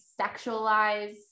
sexualize